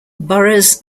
burroughs